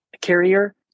carrier